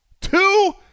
two